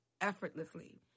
effortlessly